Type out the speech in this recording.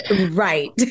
right